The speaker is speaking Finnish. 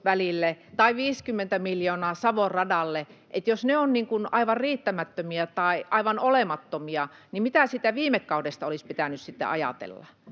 tai ne 50 miljoonaa Savon radalle ovat aivan riittämättömiä tai aivan olemattomia, niin mitä siitä viime kaudesta olisi pitänyt sitten